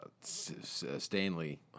Stanley